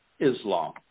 Islam